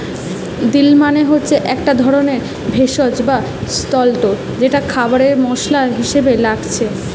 deal মানে হচ্ছে একটা ধরণের ভেষজ বা স্বল্প যেটা খাবারে মসলা হিসাবে লাগছে